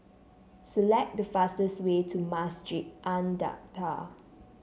select the fastest way to Masjid An Nahdhah